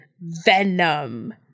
Venom